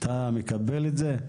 אתה מקבל את זה?